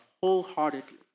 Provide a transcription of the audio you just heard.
wholeheartedly